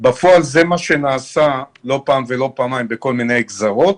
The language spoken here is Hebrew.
ובפועל זה מה שנעשה לא פעם ולא פעמיים בכל מיני גזרות.